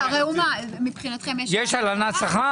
ראומה, יש הלנת שכר?